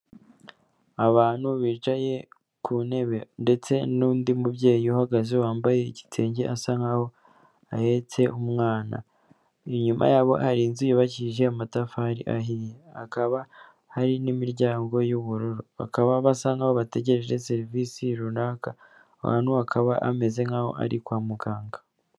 Abantu bicaye ku ntebe ndetse n'undi mubyeyi uhagaze wambaye igitenge asa nkaho ahetse umwana, inyuma yabo hari inzu yubakishije amatafari ahiye, hakaba hari n'imiryango y'ubururu, bakaba basa nkaho bategereje serivisi runaka, ahantu hakaba hamezeze nkaho ari kwa muganga.